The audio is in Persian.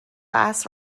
عصر